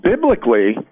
biblically